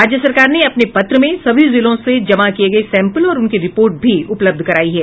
राज्य सरकार ने अपने पत्र में सभी जिलों से जमा किए गए सैंपल और उसकी रिपोर्ट भी उपलब्ध करायी है